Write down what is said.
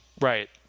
Right